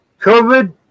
COVID